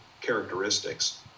characteristics